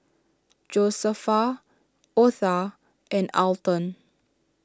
Josefa Otha and Alton